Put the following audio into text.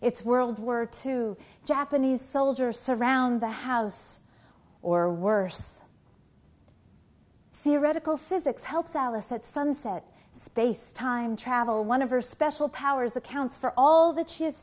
it's world were two japanese soldier surround the house or worse theoretical physics helps out a said sunset space time travel one of her special powers accounts for all that she has